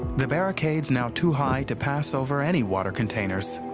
the barricade's now too high to pass over any water containers.